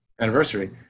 anniversary